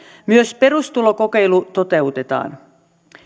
myös perustulokokeilu toteutetaan